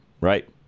right